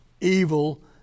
evil